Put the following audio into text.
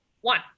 One